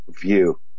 view